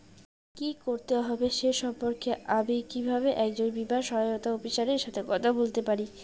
কী করতে হবে সে সম্পর্কে আমি কীভাবে একজন বীমা সহায়তা অফিসারের সাথে কথা বলতে পারি?